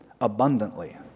abundantly